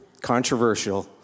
Controversial